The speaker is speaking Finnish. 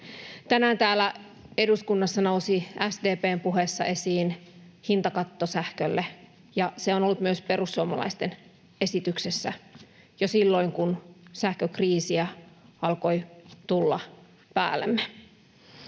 Tänään täällä eduskunnassa nousi SDP:n puheessa esiin hintakatto sähkölle, ja se on ollut myös perussuomalaisten esityksessä jo silloin, kun sähkökriisiä alkoi tulla päällemme.